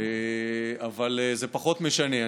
אבל זה פחות משנה.